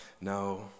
no